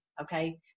okay